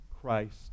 Christ